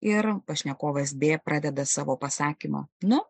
ir pašnekovas b pradeda savo pasakymą nu